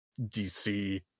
DC